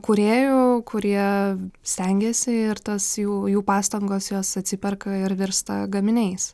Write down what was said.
kūrėjų kurie stengiasi ir tas jų jų pastangos jos atsiperka ir virsta gaminiais